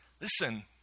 listen